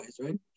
right